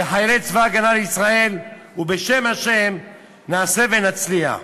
וחיילי צבא הגנה לישראל, ובשם השם נעשה ונצליח.